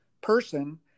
person